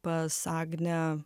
pas agnę